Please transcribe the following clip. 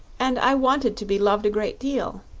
and i wanted to be loved a great deal.